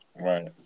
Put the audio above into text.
Right